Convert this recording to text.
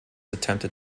attempted